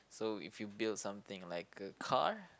so if you build something like a car